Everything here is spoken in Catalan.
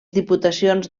diputacions